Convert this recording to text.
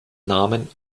namen